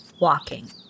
walking